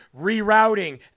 rerouting